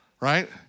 right